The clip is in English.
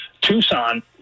Tucson